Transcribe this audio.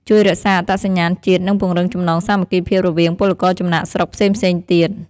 ជួយរក្សាអត្តសញ្ញាណជាតិ និងពង្រឹងចំណងសាមគ្គីភាពរវាងពលករចំណាកស្រុកផ្សេងៗទៀត ។